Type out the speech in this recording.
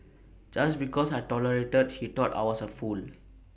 just because I tolerated he thought I was A fool